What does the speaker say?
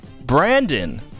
Brandon